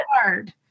hard